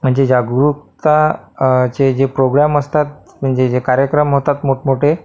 म्हणजे जागरूकताचे जे प्रोग्रॅम असतात म्हणजे जे कार्यक्रम होतात मोठमोठे